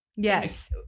Yes